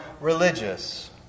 religious